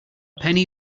penny